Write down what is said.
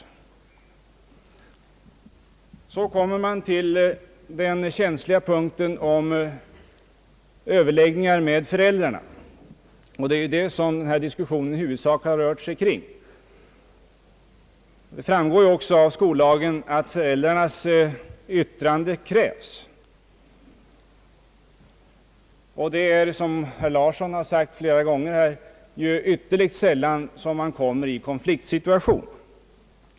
Så kommer man till den känsliga punkten då det gäller överläggningar med föräldrarna, vilken denna diskussion i huvudsak har rört sig kring. Det framgår av skollagen, att föräldrarnas yttrande krävs. Det händer, som herr Lars Larsson har sagt, ytterligt sällan att man hamnar i en situation där föräldrarna och skolan har olika uppfattning om elevens placering.